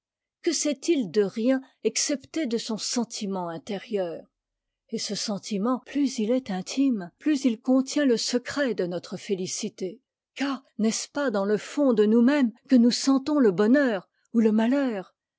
que sait-il de rien excepté de son sentiment intérieur et ce sentiment plus il est intime plus il contient le secret de notre félicité car n'est-ce pas dans le fond de nous-mêmes que nous sentons le bonheur ou le malheur